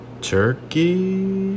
turkey